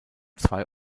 zwei